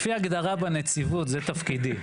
לפי ההגדרה בנציבות זה תפקידי,